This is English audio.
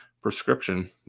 prescription